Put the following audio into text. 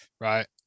right